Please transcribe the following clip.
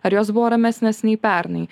ar jos buvo ramesnės nei pernai